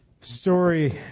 story